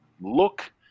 look